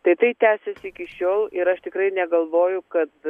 tai tai tęsiasi iki šiol ir aš tikrai negalvoju kad